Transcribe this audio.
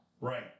Right